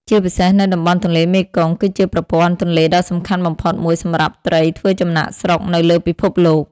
ជាពិសេស នៅតំបន់ទន្លេមេគង្គ គឺជាប្រព័ន្ធទន្លេដ៏សំខាន់បំផុតមួយសម្រាប់ត្រីធ្វើចំណាកស្រុកនៅលើពិភពលោក។